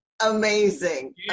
Amazing